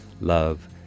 love